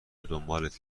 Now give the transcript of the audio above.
دنبالت